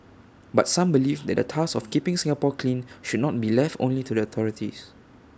but some believe that the task of keeping Singapore clean should not be left only to the authorities